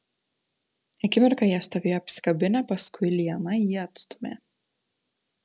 akimirką jie stovėjo apsikabinę paskui liana jį atstūmė